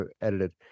edited